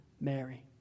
Mary